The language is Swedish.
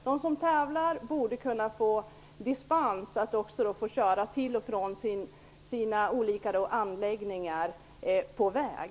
De som tävlar borde kunna få dispens att köra till och från de olika anläggningarna på väg.